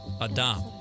Adam